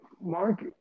Mark